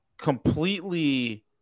completely